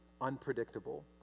unpredictable